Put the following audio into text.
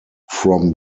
from